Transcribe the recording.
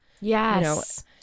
Yes